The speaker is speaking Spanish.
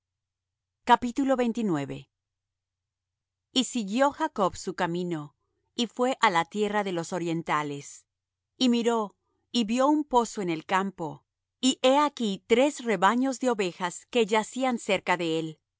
para ti y siguio jacob su camino y fué á la tierra de los orientales y miró y vió un pozo en el campo y he aquí tres rebaños de ovejas que yacían cerca de él